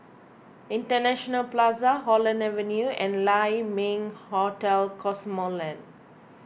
International Plaza Holland Avenue and Lai Ming Hotel Cosmoland